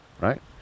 right